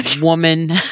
woman